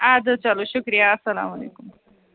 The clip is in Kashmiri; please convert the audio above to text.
اَدٕ حظ چلو شُکریہ اَسلامُ علیکُم